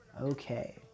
Okay